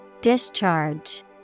Discharge